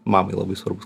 mamai labai svarbus